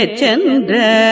Chandra